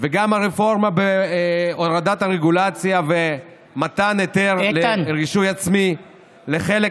וגם הרפורמה בהורדת הרגולציה ומתן היתר לרישוי עצמי לחלק